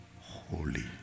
Holy